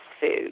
food